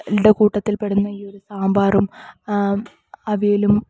ഇതിൻ്റെ കൂട്ടത്തിൽപെടുന്ന ഈ ഒരു സാമ്പാറും അവിയലും